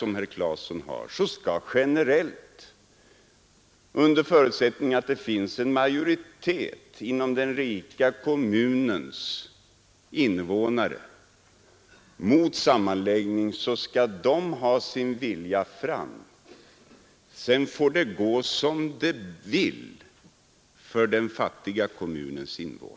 Men under förutsättning att det finns en majoritet inom den rika kommunen mot sammanläggning skall, enligt herr Claesons sätt att resonera, denna majoritet ha sin vilja fram — sedan får det gå som det vill för den fattiga kommunens invånare.